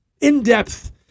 in-depth